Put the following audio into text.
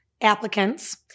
applicants